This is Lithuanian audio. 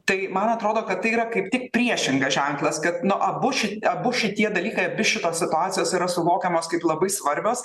tai man atrodo kad tai yra kaip tik priešingas ženklas kad nu abu ši abu šitie dalykai abi šitos situacijos yra suvokiamos kaip labai svarbios